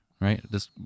right